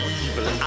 evil